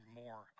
more